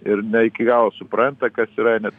ir ne iki galo supranta kas yra nes